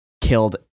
killed